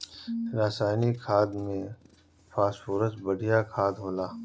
रासायनिक खाद में फॉस्फोरस बढ़िया खाद होला